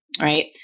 right